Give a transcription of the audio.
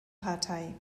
partei